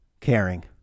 caring